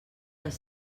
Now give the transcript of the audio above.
els